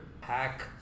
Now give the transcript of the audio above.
hack